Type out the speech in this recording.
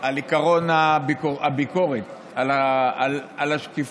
על עקרון הביקורת, על השקיפות,